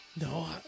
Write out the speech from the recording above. No